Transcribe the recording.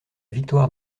victoire